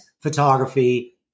photography